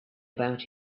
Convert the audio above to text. about